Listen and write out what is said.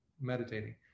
meditating